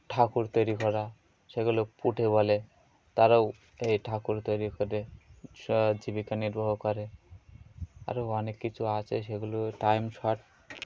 ঠাকুর তৈরি করা সেগুলো পুঠে বলে তারাও এই ঠাকুর তৈরি করে জীবিকা নির্বাহ করে আরও অনেক কিছু আছে সেগুলো টাইম শর্ট